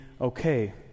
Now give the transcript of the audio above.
okay